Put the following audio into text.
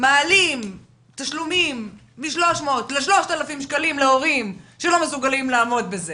ומעלים תשלומים מ-300 ל-3,000 שקלים להורים שלא מסוגלים לעמוד בזה